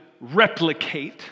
replicate